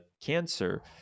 cancer